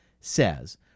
says